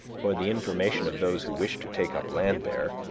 for the information of those who wished to take up land there,